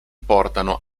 portano